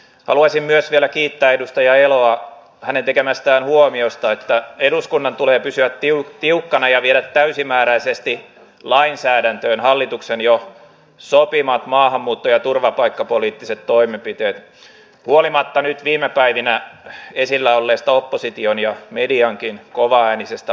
haluaisin myös vielä kiittää edustaja eloa tekemästään huomiosta että eduskunnan tulee pysyä tiukkana ja viedä täysimääräisesti lainsäädäntöön hallituksen jo sopimat maahanmuutto ja turvapaikkapoliittiset toimenpiteet huolimatta nyt viime päivinä esillä olleesta opposition ja mediankin kovaäänisestä vastarinnasta